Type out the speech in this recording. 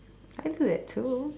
I do that too